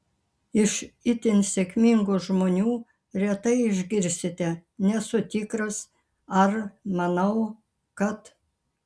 iš itin sėkmingų žmonių retai išgirsite nesu tikras ar manau kad